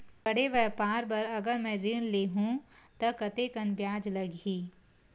बड़े व्यापार बर अगर मैं ऋण ले हू त कतेकन ब्याज लगही?